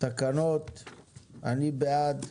אני בעד.